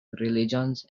religions